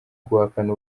guhakana